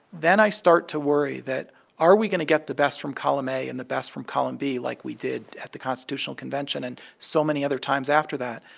then i start to worry that are we going to get the best from column a and the best from column b, like we did at the constitutional convention and so many other times after that.